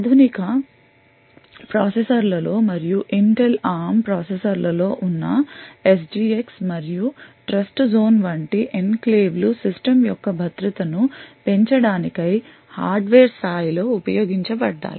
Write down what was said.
ఆధునిక ప్రాసెసర్ల లో మరియు ఇంటెల్ ARM ప్రాసెసర్ల లో ఉన్న SGX మరియు ట్రస్ట్జోన్ వంటి ఎన్క్లేవ్లు సిస్టమ్ యొక్క భద్రతను పెంచడానకై హార్డ్వేర్ స్థాయి లో ఉపయోగించబడ్డాయి